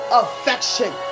affection